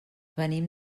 venim